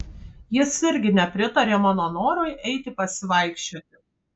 jis irgi nepritarė mano norui eiti pasivaikščioti